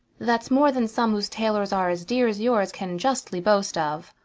that's more than some whose tailors are as dear as yours can justly boast of.